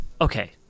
Okay